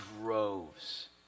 droves